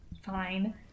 fine